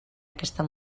aquesta